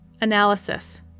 Analysis